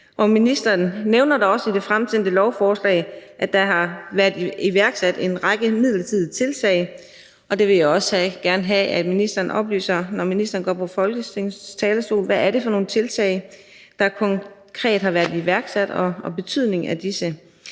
Ministeren nævner da også i det fremsendte, at der har været iværksat en række midlertidige tiltag, og jeg vil også gerne have, at ministeren, når ministeren går på Folketingets talerstol, oplyser, hvad det er for nogle tiltag, der konkret har været iværksat, og hvad betydningen af disse